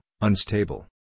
unstable